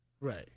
Right